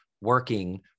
working